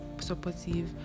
supportive